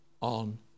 on